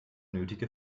nötige